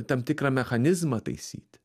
tam tikrą mechanizmą taisyti